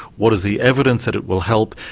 what is the evidence that it will help,